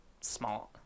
smart